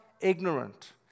ignorant